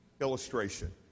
illustration